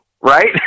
Right